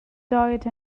diet